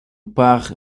parle